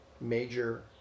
major